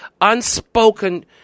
unspoken